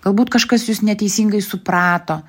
galbūt kažkas jus neteisingai suprato